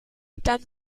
dann